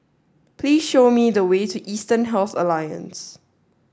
please show me the way to Eastern Health Alliance